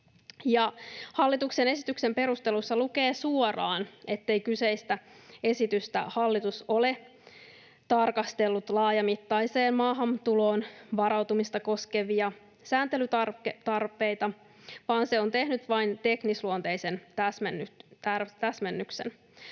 Hallituksen esityksen perusteluissa lukee suoraan, ettei kyseisessä esityksessä hallitus ole tarkastellut laajamittaiseen maahantuloon varautumista koskevia sääntelytarpeita, vaan se on tehnyt vain teknisluonteisen täsmennyksen.